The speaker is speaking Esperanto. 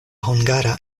hungara